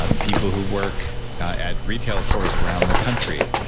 ah people who work at retail stores around the country.